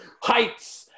Heights